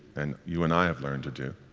and you and i have learned to do,